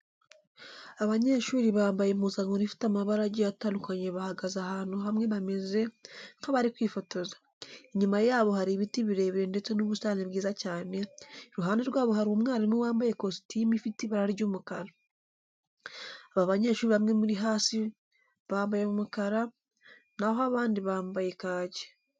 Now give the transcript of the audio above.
Abanyeshuri bambaye impuzankano ifite amabara agiye atandukanye bahagaze ahantu hamwe bameze nk'abari kwifotoza. Inyuma yabo hari ibiti birebire ndetse n'ubusitani bwiza cyane, iruhande rwabo hari umwarimu wambaye kositimu ifite ibara ry'umukara. Aba banyeshuri bamwe muri hasi bambaye umukara, naho abandi bambaye kaki.